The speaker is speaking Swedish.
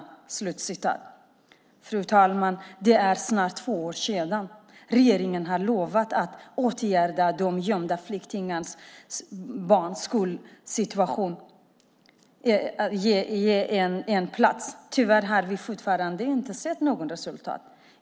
Fru talman! Det är snart två år sedan regeringen lovade att vidta åtgärder när det gäller de gömda flyktingbarnens skolsituation. Tyvärr har vi fortfarande inte sett något resultat.